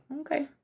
Okay